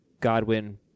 Godwin